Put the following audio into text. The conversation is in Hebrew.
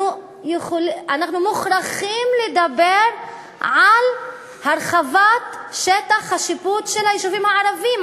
אנחנו מוכרחים לדבר על הרחבת שטח השיפוט של היישובים הערביים,